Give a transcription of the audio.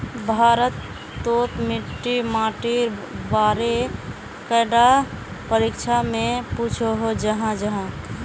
भारत तोत मिट्टी माटिर बारे कैडा परीक्षा में पुछोहो जाहा जाहा?